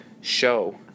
show